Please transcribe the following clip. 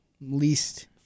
Least